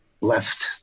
left